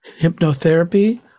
hypnotherapy